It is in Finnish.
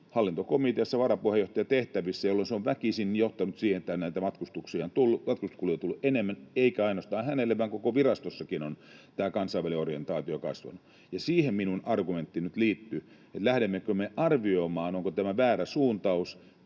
hallintokomiteassa varapuheenjohtajatehtävissä, jolloin se on väkisin johtanut siihen, että matkustuskuluja on tullut enemmän, eikä ainoastaan hänelle, vaan koko virastossakin on tämä kansainvälinen orientaatio kasvanut. Siihen minun argumenttini nyt liittyy, lähdemmekö me arvioimaan, onko tämä väärä suuntaus.